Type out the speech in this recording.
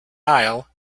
aisle